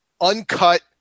uncut